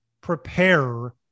prepare